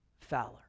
Fowler